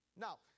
Now